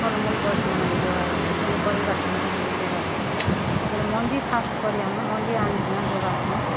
ଫଲ୍ ମୁଲ୍ ଗଛ୍ମାନେ ଯଗା ହେଇଛେ ପନିପରିବା ଟିକେ ଟିକେ ବି କରା ହେସି ତା'ପ୍ରେ ମଞ୍ଜି ଫାର୍ଷ୍ଟ୍ କରି ଆମେ ମଞ୍ଜି ଆଣିକିନା ଯଗାସୁଁ